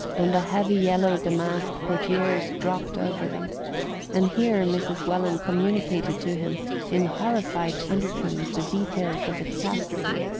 and the heavy yellow damask portieres dropped over them and here mrs. welland communicated to him in horrified undertones the details of the catastrophe.